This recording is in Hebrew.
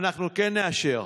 אנחנו כן נאשר.